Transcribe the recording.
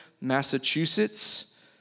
Massachusetts